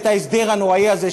את ההסדר הנורא הזה,